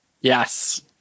Yes